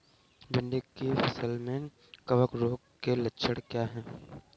भिंडी की फसल में कवक रोग के लक्षण क्या है?